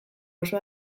oso